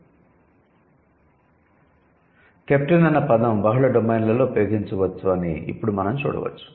'captain' అన్న పదం బహుళ డొమైన్లలో ఉపయోగించవచ్చు అని ఇప్పుడు మనం చూడవచ్చు